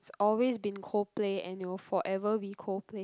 it's always been Coldplay and it will forever be Coldplay